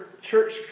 Church